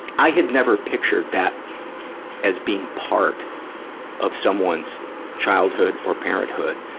i had never pictured that as being part of someone's childhood or parenthood.